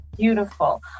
beautiful